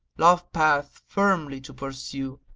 love path firmly to pursue!